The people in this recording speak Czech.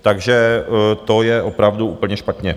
Takže to je opravdu úplně špatně.